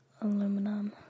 Aluminum